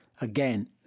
again